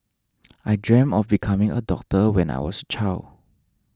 I dreamt of becoming a doctor when I was a child